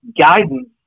guidance